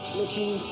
looking